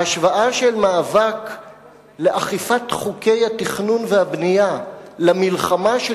ההשוואה של מאבק לאכיפת חוקי התכנון והבנייה למלחמה של